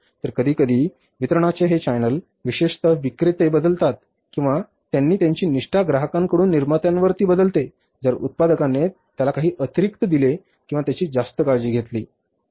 तर कधीकधी वितरणाचे हे चॅनेल विशेषत विक्रेते बदलतात किंवा त्यांनी त्यांची निष्ठा ग्राहकांकडून निर्मात्यावर बदलते जर उत्पादकाने त्याला काही अतिरिक्त दिले किंवा त्याची जास्त काळजी घेतली